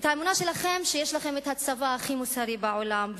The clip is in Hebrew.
האמונה שלכם היא שיש לכם הצבא הכי מוסרי בעולם,